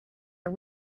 are